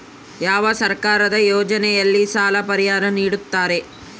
ಯಾವ ಸರ್ಕಾರದ ಯೋಜನೆಯಲ್ಲಿ ಸಾಲ ಪರಿಹಾರ ನೇಡುತ್ತಾರೆ?